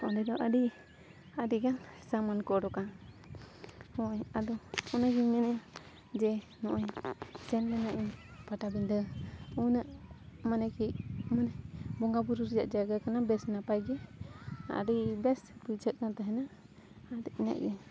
ᱚᱸᱰᱮ ᱫᱚ ᱟᱹᱰᱤ ᱟᱹᱰᱤᱜᱟᱱ ᱥᱟᱢᱟᱱ ᱠᱚ ᱚᱰᱳᱠᱟ ᱦᱳᱭ ᱟᱫᱚ ᱚᱱᱟᱜᱮᱧ ᱢᱮᱱᱮᱜᱼᱟ ᱡᱮ ᱱᱚᱜᱼᱚᱭ ᱥᱮᱱ ᱞᱤᱱᱟᱹᱧ ᱤᱧ ᱯᱟᱴᱟᱵᱤᱸᱫᱟᱹ ᱩᱱᱟᱹᱜ ᱢᱟᱱᱮ ᱠᱤ ᱢᱟᱱᱮ ᱵᱚᱸᱜᱟ ᱵᱩᱨᱩ ᱨᱮᱭᱟᱜ ᱡᱟᱭᱜᱟ ᱠᱟᱱᱟ ᱵᱮᱥ ᱱᱟᱯᱟᱭᱜᱮ ᱟᱹᱰᱤ ᱵᱮᱥ ᱵᱩᱡᱷᱟᱹᱜ ᱠᱟᱱ ᱛᱟᱦᱮᱱᱟ ᱟᱫᱚ ᱤᱱᱟᱹᱜᱼᱜᱮ